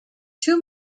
two